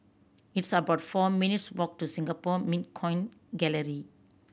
it's about four minutes' walk to Singapore Mint Coin Gallery